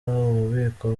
ububiko